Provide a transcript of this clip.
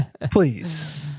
please